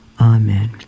Amen